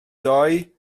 doe